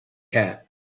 cat